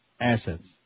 assets